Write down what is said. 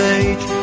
age